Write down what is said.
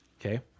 okay